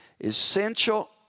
Essential